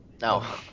No